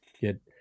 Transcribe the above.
Get